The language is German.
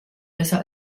besser